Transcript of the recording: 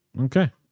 Okay